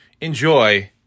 enjoy